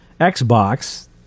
xbox